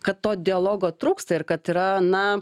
kad to dialogo trūksta ir kad yra na